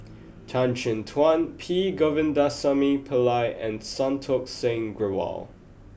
Tan Chin Tuan P Govindasamy Pillai and Santokh Singh Grewal